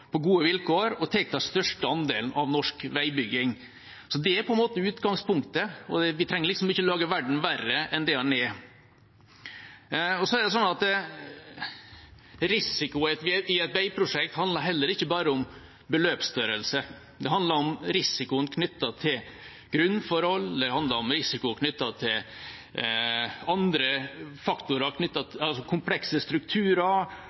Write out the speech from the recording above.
gode vilkår og tar den største andelen av norsk veibygging. Det er på en måte utgangspunktet. Vi trenger ikke å lage verden verre enn det den er. Risiko i et veiprosjekt handler heller ikke bare om beløpsstørrelse. Det handler om risikoen knyttet grunnforhold, komplekse strukturer og veldig mange andre forhold som spiller inn i det – også kontraktsformen. På Hålogalandsvegen legger vi til